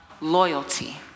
loyalty